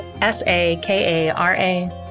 S-A-K-A-R-A